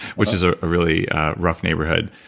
which is a really rough neighborhood,